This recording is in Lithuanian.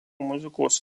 muzikos